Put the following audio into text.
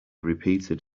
repeated